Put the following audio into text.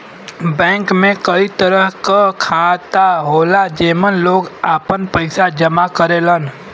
bank में कई तरह क खाता होला जेमन लोग आपन पइसा जमा करेलन